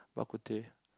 Bak-Kut-Teh